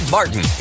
Martin